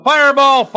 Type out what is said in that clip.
Fireball